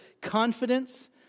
confidence